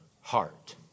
heart